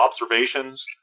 observations